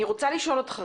אני רוצה לשאול אותך.